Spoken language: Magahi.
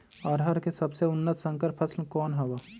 अरहर के सबसे उन्नत संकर फसल कौन हव?